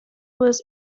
was